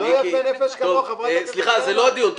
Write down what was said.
לא הדיון.